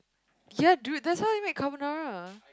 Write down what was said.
ya dude that's how they make carbonara